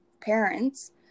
parents